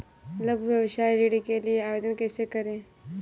लघु व्यवसाय ऋण के लिए आवेदन कैसे करें?